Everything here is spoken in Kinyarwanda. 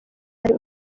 ari